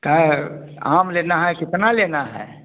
कहे आम लेना है कितना लेना है